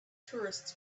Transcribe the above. tourists